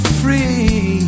free